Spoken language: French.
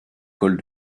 col